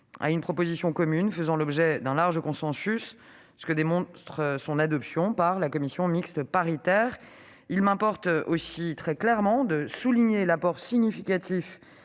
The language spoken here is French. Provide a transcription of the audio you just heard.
à une proposition commune faisant l'objet d'un large consensus, ce que démontre son adoption par la commission mixte paritaire. Il m'importe de souligner clairement l'apport significatif